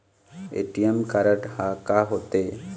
ATM card हा का होते?